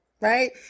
right